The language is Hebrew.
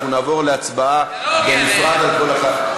ונעבור להצבעה על כל אחת.